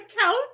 couch